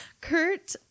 Kurt